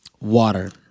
Water